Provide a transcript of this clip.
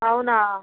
అవునా